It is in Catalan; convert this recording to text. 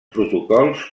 protocols